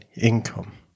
income